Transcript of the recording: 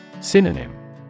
Synonym